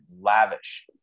lavish